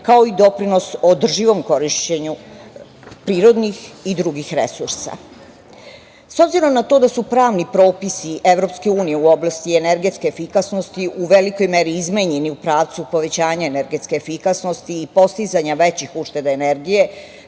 kao i doprinos o održivom korišćenju prirodnih i drugih resursa.S obzirom na to da su pravni propisi EU u oblasti energetske efikasnosti u velikoj meri izmenjeni u pravcu povećanja energetske efikasnosti i postizanja većih ušteda energije